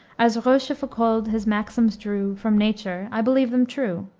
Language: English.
as rochefoucauld his maxims drew from nature, i believe them true.